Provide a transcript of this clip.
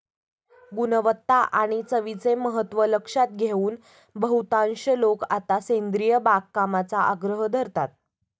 गुणवत्ता आणि चवीचे महत्त्व लक्षात घेऊन बहुतांश लोक आता सेंद्रिय बागकामाचा आग्रह धरतात